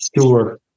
Sure